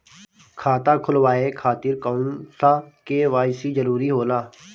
खाता खोलवाये खातिर कौन सा के.वाइ.सी जरूरी होला?